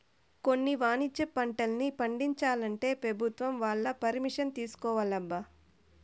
కొన్ని వాణిజ్య పంటల్ని పండించాలంటే పెభుత్వం వాళ్ళ పరిమిషన్ తీసుకోవాలబ్బా